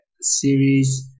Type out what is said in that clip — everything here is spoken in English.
series